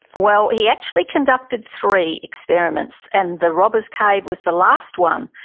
well, he actually conducted three experiments. and the robbers cave was the last one,